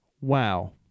Wow